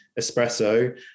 espresso